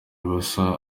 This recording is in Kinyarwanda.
ubusa